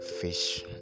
fish